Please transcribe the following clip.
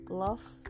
love